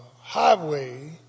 highway